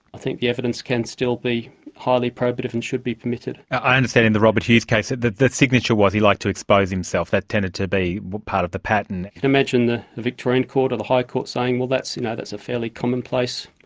i think the evidence can still be highly probative and should be permitted. i understand in the robert hughes case that that the signature was he liked to expose himself, that tended to be part of the pattern. you can imagine the the victorian court or the high court saying, well, that's you know that's a fairly commonplace,